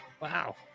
Wow